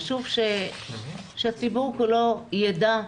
חשוב שהציבור כולו יידע,